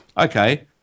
okay